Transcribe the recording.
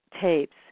tapes